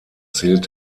zählt